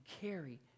carry